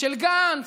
של גנץ,